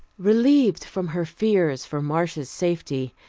relieved from her fears for marcia's safety,